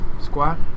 Squat